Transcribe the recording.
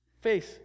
face